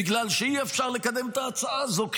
בגלל שאי-אפשר לקדם את ההצעה הזו,